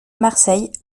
marseille